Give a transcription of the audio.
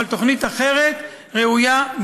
אבל תוכנית אחרת ראויה,